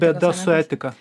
bėda su etika